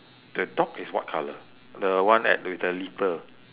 the dog is what colour the one at with the litter